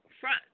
front